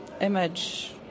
image